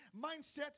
mindset